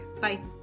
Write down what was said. bye